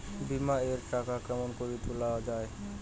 বিমা এর টাকা কেমন করি তুলা য়ায়?